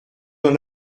n’en